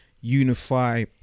unify